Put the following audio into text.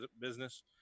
business